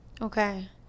Okay